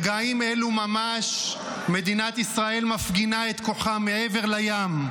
ברגעים אלה ממש מדינת ישראל מפגינה את כוחה מעבר לים.